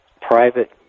private